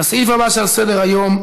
לסעיף הבא שעל סדר-היום.